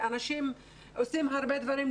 ואנשים עושים הרבה דברים,